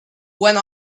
went